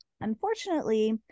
Unfortunately